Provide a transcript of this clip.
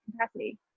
capacity